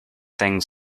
things